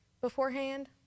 beforehand